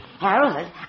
Harold